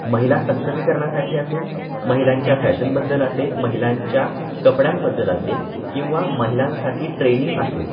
महिला सक्षमीकरणासाठी असेल महिलांच्या फॅशनबद्दल असेल महिलांच्या कपड्यांबद्दल असेल किंवा महिलांसाठी ट्रेनिंग असेल